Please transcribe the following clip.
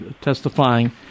testifying